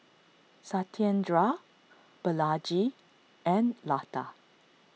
Satyendra Balaji and Lata